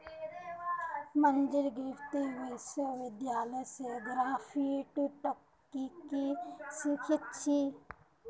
मंजीत कृषि विश्वविद्यालय स ग्राफ्टिंग तकनीकक सीखिल छ